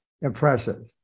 Impressive